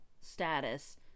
status